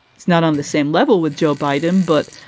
it's not on the same level with joe biden, but.